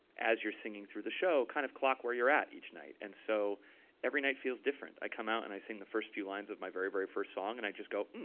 as you're singing through the show, kind of clock where you're at each night. and so every night feels different. i come out and i sing the first few lines of my very, very first song. and i just go,